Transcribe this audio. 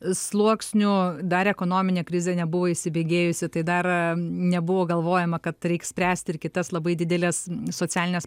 sluoksnių dar ekonominė krizė nebuvo įsibėgėjusi tai dar nebuvo galvojama kad reik spręsti ir kitas labai dideles socialines